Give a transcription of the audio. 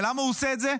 ולמה הוא עושה את זה?